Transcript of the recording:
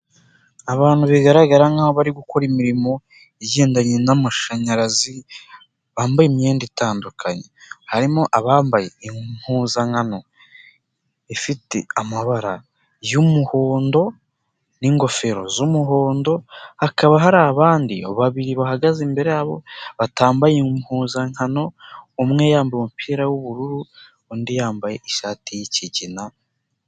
Abantu bigaragara nkaho bari gukora imirimo igendanye n'amashanyarazi, bambaye imyenda itandukanye; harimo abambaye impuzankano ifite amabara y'umuhondo n'ingofero z'umuhondo, hakaba hari abandi babiri bahagaze imbere yabo, batambaye impuzankano, umwe yambaye umupira w'ubururu, undi yambaye ishati y'ikigina.